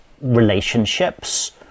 relationships